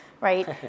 right